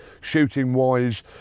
Shooting-wise